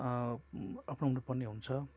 अप्नाउनु पर्ने हुन्छ